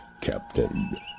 Captain